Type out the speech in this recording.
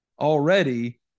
Already